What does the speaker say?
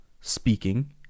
speaking